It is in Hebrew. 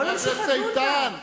בואו נמשיך לדון בה,